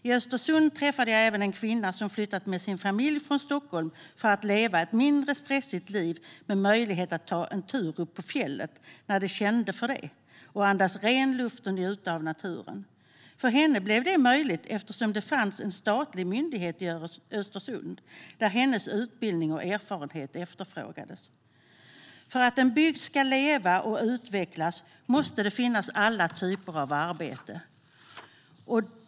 I Östersund träffade jag även en kvinna som hade flyttat med sin familj från Stockholm för att leva ett mindre stressigt liv med möjlighet att ta en tur upp på fjället när de känner för det för att andas ren luft och njuta av naturen. För henne blev det möjligt eftersom det finns en statlig myndighet i Östersund där hennes utbildning och erfarenhet efterfrågades. För att en bygd ska leva och utvecklas måste alla typer av arbete finnas.